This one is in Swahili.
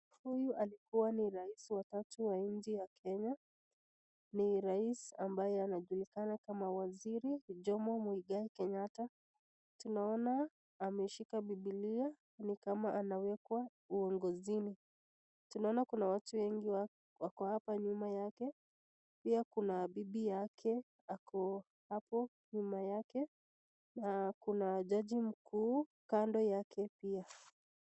Huyu alikuwa ni rais wa tatu wa nchi ya Kenya ni rais ambaye anajulikana kama waziri Jomo Muigai Kenyatta. Tunaona ameshika bibilia ni kama anawekwa uongozini. Tunaona kuna watu wengi wako hapa nyuma yake pia kuna bibi yake ako hapo nyuma yake na kuna jaji mkuu kando yake pia.